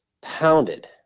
pounded